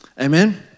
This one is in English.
Amen